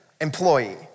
employee